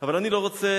אבל אני לא רוצה